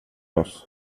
oss